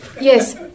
yes